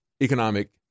economic